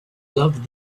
love